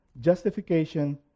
justification